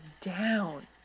down